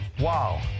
Wow